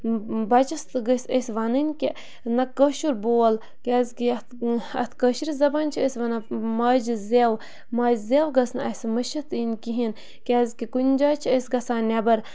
بَچَس تہِ گٔژھۍ أسۍ وَنٕنۍ کہِ نہ کٲشُر بول کیٛازِکہِ یَتھ اَتھ کٲشرِ زَبان چھِ أسۍ وَنان ماجہِ زٮ۪و ماجہِ زیٚو گٔژھ نہٕ اَسہِ مٔشِتھ یِنۍ کِہیٖنۍ کیٛازِکہِ کُنہِ جایہِ چھِ أسۍ گَژھان نٮ۪بَر